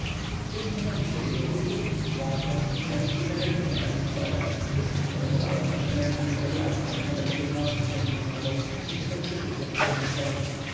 w tym momencie jego tytuł władza i ciężkie zagadnienia państwowe wszystko wydawało mu się nędznym drobiazgiem wobec tej nocy księżycowej i tych okrzyków zakochanego serca